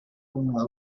una